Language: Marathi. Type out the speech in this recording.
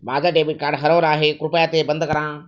माझं डेबिट कार्ड हरवलं आहे, कृपया ते बंद करा